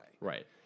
Right